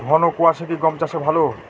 ঘন কোয়াশা কি গম চাষে ভালো?